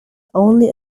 only